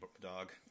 dog